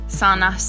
sana